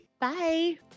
bye